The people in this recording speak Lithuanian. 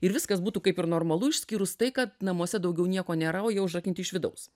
ir viskas būtų kaip ir normalu išskyrus tai kad namuose daugiau nieko nėra o jie užrakinti iš vidaus